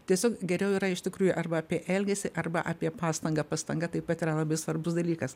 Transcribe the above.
tiesiog geriau yra iš tikrųjų arba apie elgesį arba apie pastangą pastanga taip pat yra labai svarbus dalykas